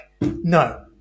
no